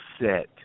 set